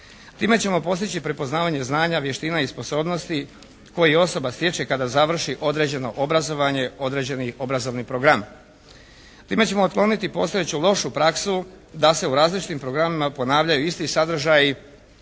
Time ćemo postići prepoznavanje znanja, vještina i sposobnosti koje osoba stječe kada završi određeno obrazovanje određeni obrazovni program. Time ćemo otkloniti postojeću lošu praksu da se u različitim programima ponavljaju isti sadržaji,